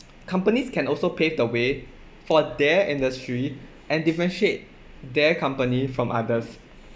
companies can also pave the way for their industry and differentiate their company from others